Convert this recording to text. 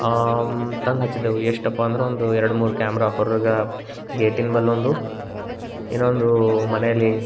ತಂದು ಹಚ್ದೇವು ಎಷ್ಟಪ್ಪ ಅಂದ್ರ ಒಂದು ಎರಡು ಮೂರು ಕ್ಯಾಮ್ರ ಹೊರಗೆ ಗೇಟಿನ್ ಬಲ್ ಒಂದು ಇನೊಂದು ಮನೆಲಿ